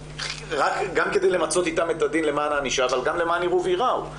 גם כדי למצות איתם את הדין למען הענישה אבל גם למען יראו וייראו.